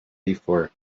before